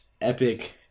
epic